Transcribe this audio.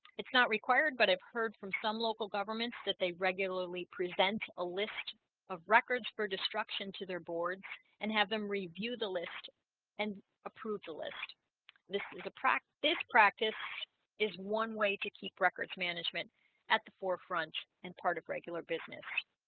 it's not required but i've heard from some local governments that they regularly present a list of records for destruction to their board and have them review the list and approve the list this is a practice practice is one way to keep records management at the forefront and part of regular business